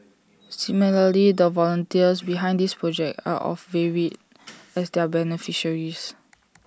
similarly the volunteers behind this project are as varied as their beneficiaries